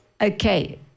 okay